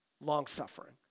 Long-suffering